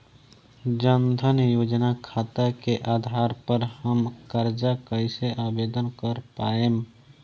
जन धन योजना खाता के आधार पर हम कर्जा कईसे आवेदन कर पाएम?